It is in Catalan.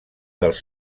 dels